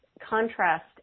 contrast